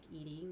eating